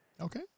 Okay